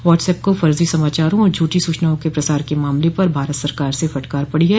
what's app को फर्जा समाचारों और झूठी सूचनाओं के प्रसार के मामले पर भारत सरकार से फटकार पड़ी है